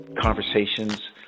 conversations